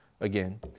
again